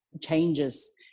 changes